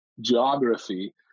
geography